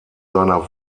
seiner